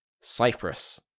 Cyprus